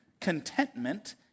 contentment